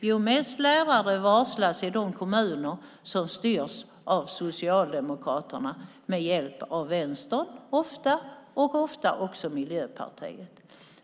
Jo, mest lärare varslas i de kommuner som styrs av Socialdemokraterna, ofta med hjälp av Vänstern och ofta också av Miljöpartiet.